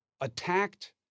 attacked